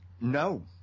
No